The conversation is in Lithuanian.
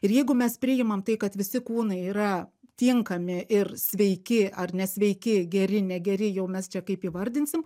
ir jeigu mes priimam tai kad visi kūnai yra tinkami ir sveiki ar nesveiki geri negeri jau mes čia kaip įvardinsim